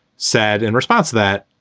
said in response to that,